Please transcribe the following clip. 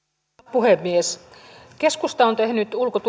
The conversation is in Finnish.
puhemies keskusta on tehnyt ulko ja